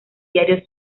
diario